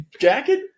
jacket